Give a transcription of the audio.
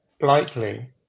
likely